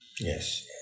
Yes